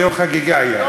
זה יום חגיגה היום,